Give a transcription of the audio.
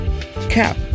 cap